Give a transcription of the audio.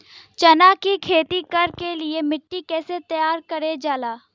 चना की खेती कर के लिए मिट्टी कैसे तैयार करें जाला?